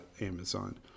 Amazon